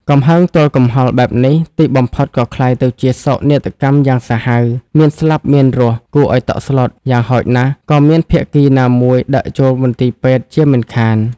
កំហឹងទល់កំហល់បែបនេះ ទីបំផុតក៏ក្លាយទៅជាសោកនាដកម្មយ៉ាងសាហាវ មានស្លាប់មានរស់គួរឲ្យតក់ស្លុត យ៉ាងហោចណាស់ ក៏មានភាគីណាមួយដឹកចូលមន្ទីរពេទ្យជាមិនខាន ។